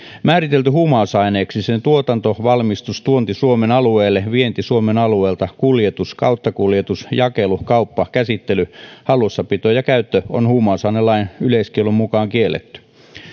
määritelty huumausaineeksi sen tuotanto valmistus tuonti suomen alueelle vienti suomen alueelta kuljetus kauttakuljetus jakelu kauppa käsittely hallussapito ja käyttö on huumausainelain yleiskiellon mukaan kielletty